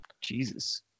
Jesus